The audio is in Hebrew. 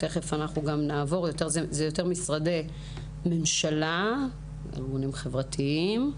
תכף נשמע גם את משרדי הממשלה ואת הארגונים החברתיים.